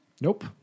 Nope